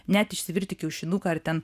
net išsivirti kiaušinuką ar ten